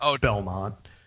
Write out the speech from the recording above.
Belmont